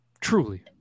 truly